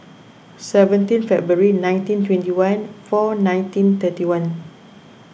seventeen February nineteen twenty one four nineteen thirty one